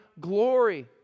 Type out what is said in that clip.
glory